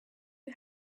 who